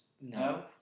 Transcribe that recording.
No